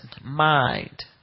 mind